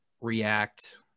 react